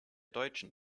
deutschen